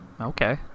Okay